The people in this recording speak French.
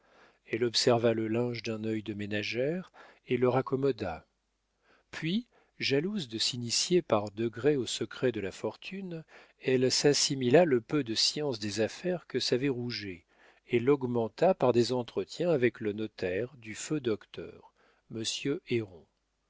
elle observa le linge d'un œil de ménagère et le raccommoda puis jalouse de s'initier par degrés aux secrets de la fortune elle s'assimila le peu de science des affaires que savait rouget et l'augmenta par des entretiens avec le notaire du feu docteur monsieur